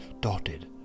dotted